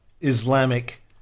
Islamic